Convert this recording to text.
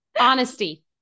Honesty